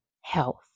health